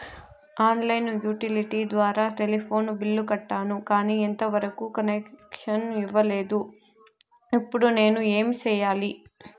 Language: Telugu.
ఆన్ లైను యుటిలిటీ ద్వారా టెలిఫోన్ బిల్లు కట్టాను, కానీ ఎంత వరకు కనెక్షన్ ఇవ్వలేదు, ఇప్పుడు నేను ఏమి సెయ్యాలి?